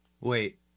Wait